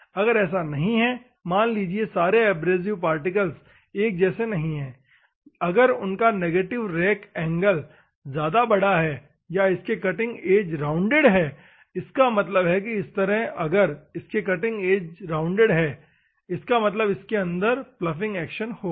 अगर ऐसा नहीं है मान लीजिए सारे एब्रेसिव पार्टिकल एक जैसे नहीं है अगर उनका नेगेटिव रेक एंगल ज्यादा बड़ा है या इसके कटिंग एज राउंडेड है इसका मतलब है इस तरह अगर इसके कटिंग एज राउंडेड है इसका मतलब इसके अंदर पलॉफिंग एक्शन होगा